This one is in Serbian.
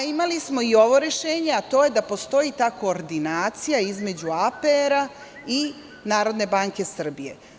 Imali smo i ovo rešenje, a to je da postoji ta koordinacija između APR i Narodne banke Srbije.